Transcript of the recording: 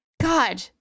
God